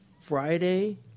Friday